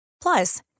Plus